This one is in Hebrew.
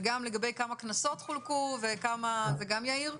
ולגבי כמה קנסות חולקו זה גם יאיר?